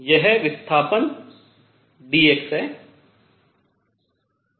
यह विस्थापन dx है सही